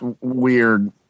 weird